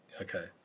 okay